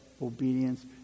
obedience